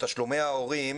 שתשלומי ההורים,